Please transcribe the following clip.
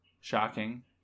Shocking